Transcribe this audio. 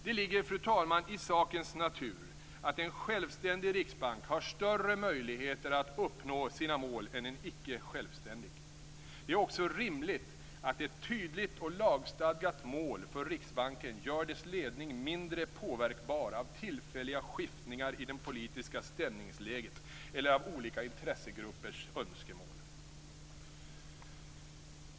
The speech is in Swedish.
Det ligger, fru talman, i sakens natur att en självständig riksbank har större möjligheter att uppnå sina mål än en icke självständig. Det är också rimligt att ett tydligt och lagstadgat mål för Riksbanken gör dess ledning mindre påverkbar av tillfälliga skiftningar i det politiska stämningsläget eller av olika intressegruppers önskemål.